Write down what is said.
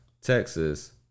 Texas